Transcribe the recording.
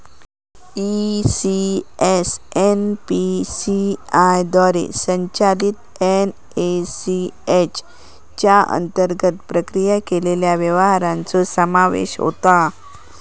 ECS NPCI द्वारे संचलित NACH च्या अंतर्गत प्रक्रिया केलेल्या व्यवहारांचो समावेश होता